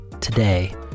today